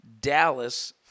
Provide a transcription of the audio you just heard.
Dallas